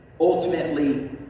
Ultimately